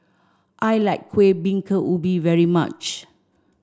I like Kuih Bingka Ubi very much